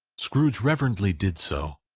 scrooge reverently did so.